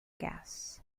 gas